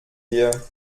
wir